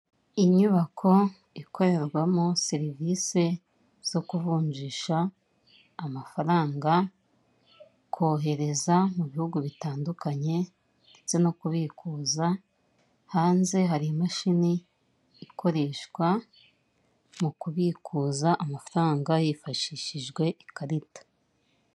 Inyubako ikorerwamo serivisi zo kuvunjisha amafaranga, kohereza mu Bihugu bitandukanye ndetse no kubikuza, hanze hari imashini ikoreshwa mu kubikuza amafaranga hifashishijwe ikarita.